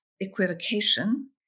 equivocation